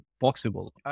possible